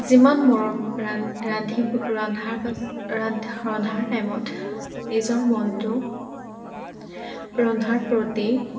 যিমান মৰম ৰা ৰান্ধিব ৰন্ধাৰ পাছ ৰন্ধা ৰন্ধাৰ টাইমত নিজৰ মনটো ৰন্ধাৰ প্ৰতি